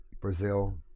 Brazil